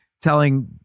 telling